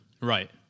Right